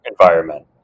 environment